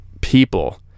people